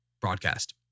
broadcast